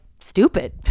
stupid